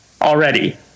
already